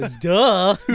Duh